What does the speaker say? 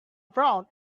brown